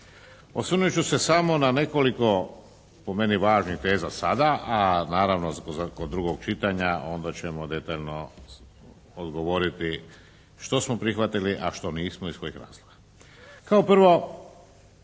osvrnut ću samo na nekoliko po meni važnih teza sada, a naravno za kod drugog čitanja onda ćemo detaljno odgovoriti što smo prihvatili, a što nismo i iz kojeg razloga. Kao prvo